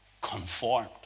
Conformed